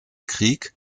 krieg